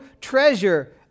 treasure